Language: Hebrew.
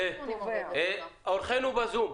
אורחינו בזום,